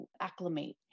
acclimate